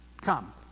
Come